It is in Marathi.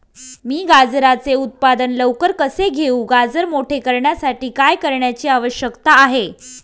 मी गाजराचे उत्पादन लवकर कसे घेऊ? गाजर मोठे करण्यासाठी काय करण्याची आवश्यकता आहे?